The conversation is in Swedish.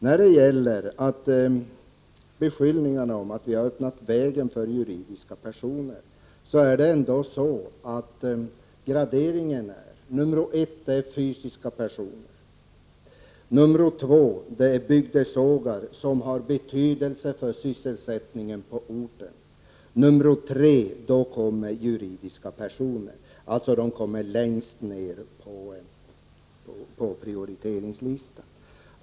När det gäller beskyllningarna om att vi har öppnat vägen för juridiska personer kan jag säga att graderingen är: 1. fysiska personer, 2. bygdesågar som har betydelse för sysselsättningen på orten och, 3. juridiska personer. De kommer alltså längst ner på prioriteringslistan.